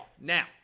Now